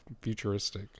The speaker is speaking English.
futuristic